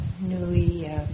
newly –